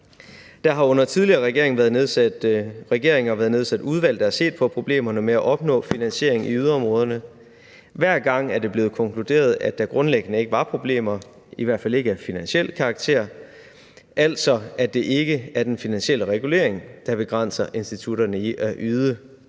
Der har under tidligere regeringer været nedsat udvalg, der har set på problemerne med at opnå finansiering i yderområderne. Hver gang er det blevet konkluderet, at der grundlæggende ikke var problemer, i hvert fald ikke af finansiel karakter, altså at det ikke er den finansielle regulering, der begrænser institutterne i at yde